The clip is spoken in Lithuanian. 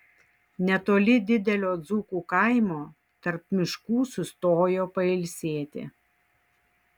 netoli didelio dzūkų kaimo tarp miškų sustojo pailsėti